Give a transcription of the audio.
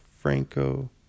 Franco